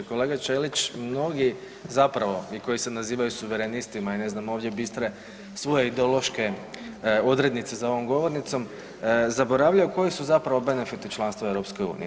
Kolega Ćelić, mnogi zapravo i koji se nazivaju suverenistima i ne znam ovdje bistre svoje ideološke odrednice za ovom govornicom, zaboravljaju koji su zapravo benefiti u članstvu EU-a.